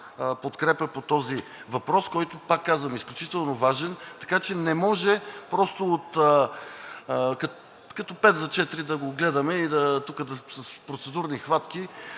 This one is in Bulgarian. подкрепя по този въпрос, който, пак казвам, е изключително важен. Така че не може просто, като пет за четири, да го гледаме и тук с процедурни хватки